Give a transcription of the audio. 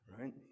right